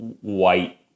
white